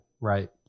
Right